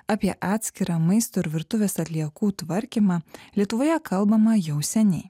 apie atskirą maisto ir virtuvės atliekų tvarkymą lietuvoje kalbama jau seniai